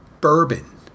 bourbon